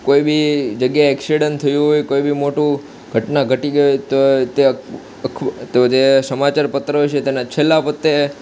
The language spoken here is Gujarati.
કોઇ બી જગ્યાએ એક્સિડન્ટ થયું હોય કોઇ બી મોટું ઘટના ઘટી ગઈ હોય તો તે તો તે સમાચારપત્રો છે તેના છેલ્લા પત્તે